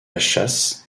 chasse